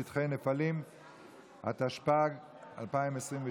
התשפ"ג 2023,